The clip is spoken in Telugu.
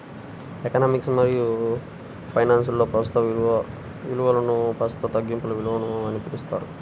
ఎకనామిక్స్ మరియుఫైనాన్స్లో, ప్రస్తుత విలువనుప్రస్తుత తగ్గింపు విలువ అని పిలుస్తారు